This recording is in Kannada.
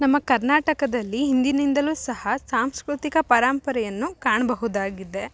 ನಮ್ಮ ಕರ್ನಾಟಕದಲ್ಲಿ ಹಿಂದಿನಿಂದಲು ಸಹ ಸಾಂಸ್ಕೃತಿಕ ಪರಂಪರೆಯನ್ನು ಕಾಣಬಹುದಾಗಿದೆ